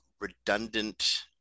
redundant